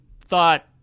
thought